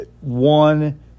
one